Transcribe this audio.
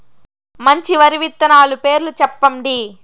మంచి వరి విత్తనాలు పేర్లు చెప్పండి?